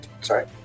sorry